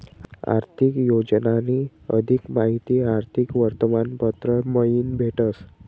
आर्थिक योजनानी अधिक माहिती आर्थिक वर्तमानपत्र मयीन भेटस